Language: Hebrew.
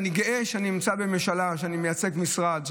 אני גאה שאני נמצא בממשלה, שאני מייצג משרד.